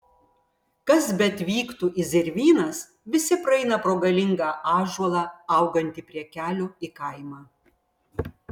kas beatvyktų į zervynas visi praeina pro galingą ąžuolą augantį prie kelio į kaimą